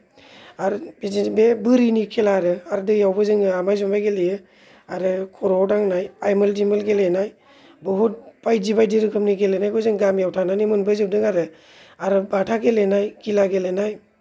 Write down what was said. आर बे बोरिनि खेला आरो दैआवबो जों आमाइ जुमाय गेलेयो आरो खर'आव दांनाय आइमोल दिमोल गेलेनाय बुहुत बायदि बायदि रोखोमनि गेलेनायखौ जों गामियाव थानानै मोनबो जोबदों आरो आरो बाथा गेलेनाय गिला गेलेनाय